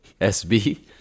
SB